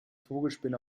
vogelspinne